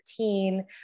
2013